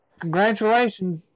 Congratulations